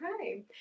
okay